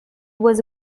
was